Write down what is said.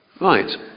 Right